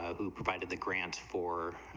who provided the grants four,